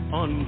on